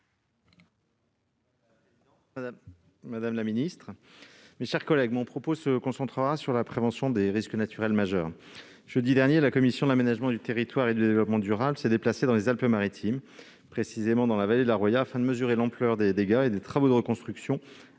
Madame la secrétaire d'État, je concentrerai mon propos sur la prévention des risques naturels majeurs. Jeudi dernier, la commission de l'aménagement du territoire et du développement durable s'est déplacée dans les Alpes-Maritimes, précisément dans la vallée de la Roya, afin de mesurer l'ampleur des dégâts et des travaux de reconstruction un